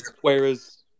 Whereas